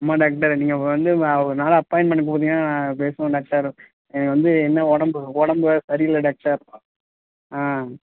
ஆமாம் டாக்டர் நீங்கள் வந்து ஒரு நாள் அப்பாயின்மெண்ட் கொடுத்திங்கனா நான் பேசுவேன் டாக்டர் எனக்கு வந்து என்ன உடம்பு உடம்பு வேற சரி இல்லை டாக்டர் ஆ